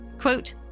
Quote